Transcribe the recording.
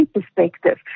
perspective